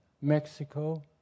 Mexico